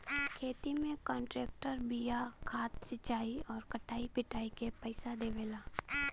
खेती में कांट्रेक्टर बिया खाद सिंचाई आउर कटाई पिटाई के पइसा देवला